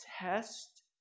test